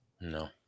No